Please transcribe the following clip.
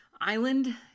island